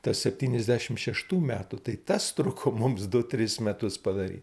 tas septyniasdešimt šeštų metų tai tas truko mums du tris metus padaryt